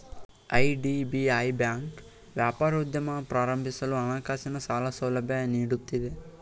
IDBI bank ವ್ಯಾಪಾರೋದ್ಯಮ ಪ್ರಾರಂಭಿಸಲು ಹಣಕಾಸಿನ ಸಾಲ ಸೌಲಭ್ಯ ನೀಡುತ್ತಿದೆ